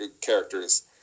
characters